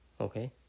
Okay